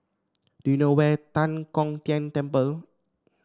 do you know where Tan Kong Tian Temple